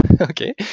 okay